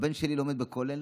הבן שלי לומד בכולל,